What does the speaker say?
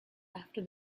after